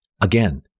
Again